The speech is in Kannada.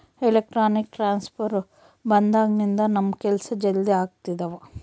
ಎಲೆಕ್ಟ್ರಾನಿಕ್ ಟ್ರಾನ್ಸ್ಫರ್ ಬಂದಾಗಿನಿಂದ ನಮ್ ಕೆಲ್ಸ ಜಲ್ದಿ ಆಗ್ತಿದವ